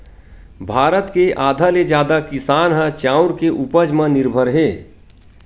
भारत के आधा ले जादा किसान ह चाँउर के उपज म निरभर हे